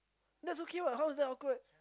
that's okay what how is that awkward